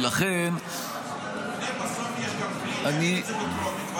ולכן ------ נעביר את זה בטרומית,